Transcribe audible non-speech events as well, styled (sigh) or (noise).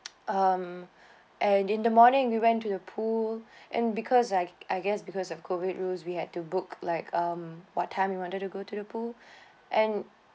(noise) um (breath) and in the morning we went to the pool (breath) and because I I guess because of COVID rules we had to book like um what time we wanted to go to the pool (breath) and